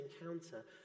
encounter